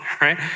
right